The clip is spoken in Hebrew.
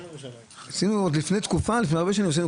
עשינו עוד לפני הרבה שנים,